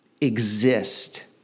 exist